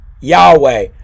Yahweh